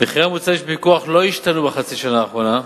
מחירי המוצרים שבפיקוח לא השתנו בחצי השנה האחרונה.